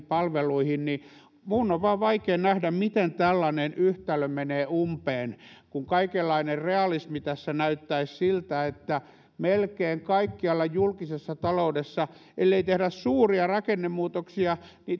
palveluihin niin minun on vain vaikea nähdä miten tällainen yhtälö menee umpeen kun kaikenlainen realismi tässä näyttäisi siltä että melkein kaikkialla julkisessa taloudessa ellei tehdä suuria rakennemuutoksia